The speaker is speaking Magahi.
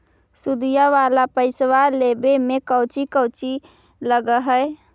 सुदिया वाला पैसबा लेबे में कोची कोची लगहय?